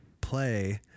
play